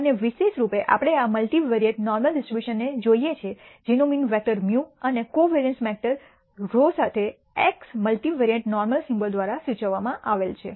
અને વિશેષરૂપે આપણે આ મલ્ટિવેરિયેટ નોર્મલ ડિસ્ટ્રીબ્યુશન ને જોઈએ છીએ જેનો મીન વેક્ટર μ અને કોવરીઅન્સ મેટ્રિક્સ σ સાથે x મલ્ટિવેરિયેટ નોર્મલ સિમ્બોલ દ્વારા સૂચવવામાં આવે છે